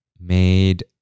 made